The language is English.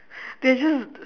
they are just